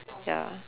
ya